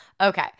Okay